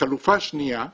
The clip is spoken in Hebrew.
החלופה השנייה היא,